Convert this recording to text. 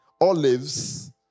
olives